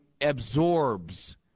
absorbs